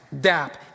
dap